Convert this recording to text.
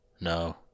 No